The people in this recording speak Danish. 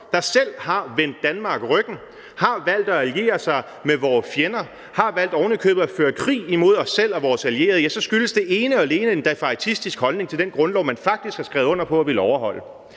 der selv har vendt Danmark ryggen, har valgt at alliere sig med vores fjender, har ovenikøbet valgt at føre krig imod os selv og vores allierede, så skyldes det ene og alene en defaitistisk holdning til den grundlov, som man faktisk har skrevet under på at ville overholde.